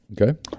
Okay